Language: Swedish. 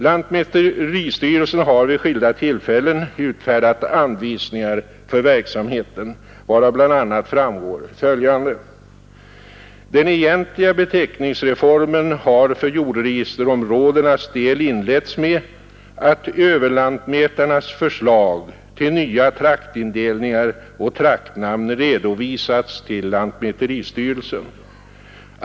Lantmäteristyrelsen har vid skilda tillfällen utfärdat anvisningar för verksamheten, varav bl.a. framgår följande. Den egentliga beteckningsreformen har för jordregisterområdenas del inletts med att överlantmätarnas förslag till nya traktindelningar och traktnamn redovisats till lantmäteristyrelsen.